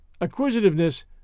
acquisitiveness